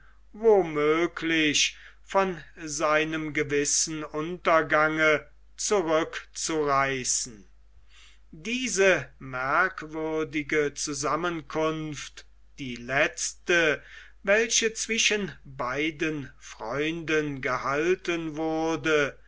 möglich von seinem gewissen untergange zurückzureißen diese merkwürdige zusammenkunft die letzte welche zwischen beiden freunden gehalten wurde